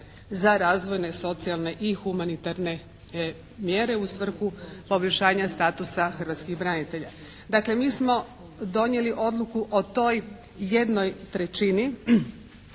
za razvojne, socijalne i humanitarne mjere u svrhu poboljšanja statusa hrvatskih branitelja. Dakle, mi smo donijeli odluku o toj jednoj trećini.